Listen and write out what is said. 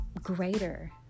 greater